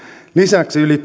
lisäksi yli